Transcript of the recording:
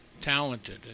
talented